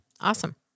awesome